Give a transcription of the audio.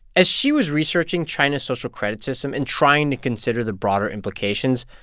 as she was researching china's social credit system and trying to consider the broader implications,